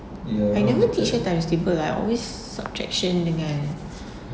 I never teach her timetable lah I always subtraction dengan